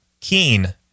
keen